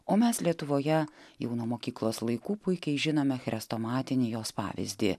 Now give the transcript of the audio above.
o mes lietuvoje jau nuo mokyklos laikų puikiai žinome chrestomatinį jos pavyzdį